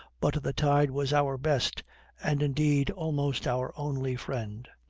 but the tide was our best and indeed almost our only friend.